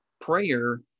Prayer